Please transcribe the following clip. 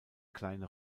kleine